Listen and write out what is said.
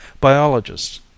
Biologists